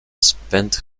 spent